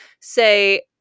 say